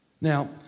Now